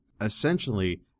Essentially